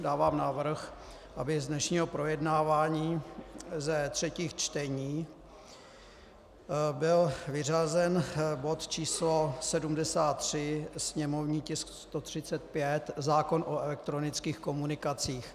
Dávám návrh, aby z dnešního projednávání ze třetích čtení byl vyřazen bod č. 73, sněmovní tisk 135, zákon o elektronických komunikacích.